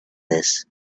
this